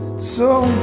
so